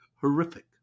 horrific